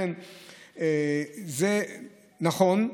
זה נכון,